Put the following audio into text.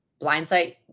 blindsight